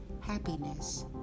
happiness